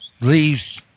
leaves